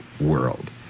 world